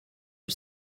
are